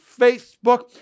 Facebook